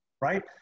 right